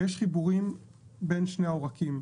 ויש חיבורים בין שני העורקים.